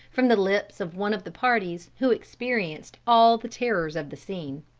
from the lips of one of the parties, who experienced all the terrors of the scene